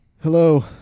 Hello